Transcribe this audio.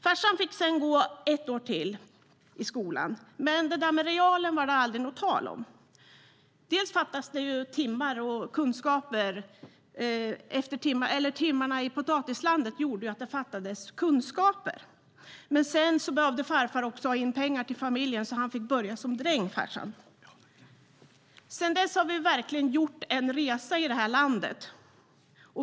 Farsan fick sedan gå ett år till i skolan, men det där med realen var det aldrig tal om. Dels fattades det kunskaper efter timmarna i potatislandet, men sedan behövde farfar också ha in pengar till familjen så han fick börja som dräng, farsan. Sedan dess har vi verkligen gjort en resa i det här landet.